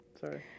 sorry